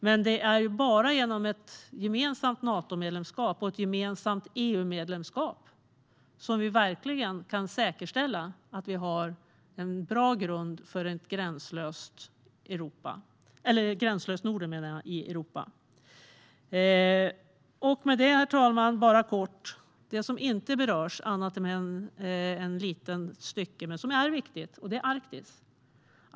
Men det är bara genom ett gemensamt Natomedlemskap och ett gemensamt EU-medlemskap som vi verkligen kan säkerställa att vi har en bra grund för ett gränslöst Norden i Europa. Låt mig kort också säga något om det som inte berörs annat än i ett litet stycke, men som är viktigt. Det handlar om Arktis.